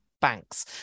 banks